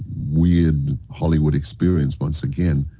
weird hollywood experience, once again.